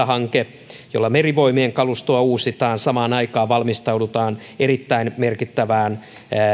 hanke jolla merivoimien kalustoa uusitaan samaan aikaan valmistaudutaan erittäin merkittävään